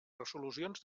resolucions